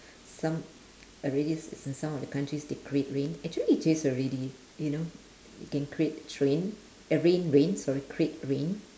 some already it's in some of the countries they create rain actually it is already you know you can create train uh rain rain sorry create rain